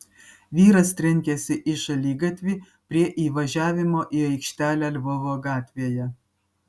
vyras trenkėsi į šaligatvį prie įvažiavimo į aikštelę lvovo gatvėje